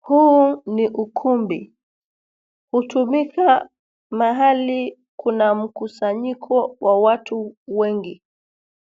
Huu ni ukumbi. Hutumika mahali kuna mkusanyiko wa watu wengi